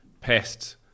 pests